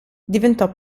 diventò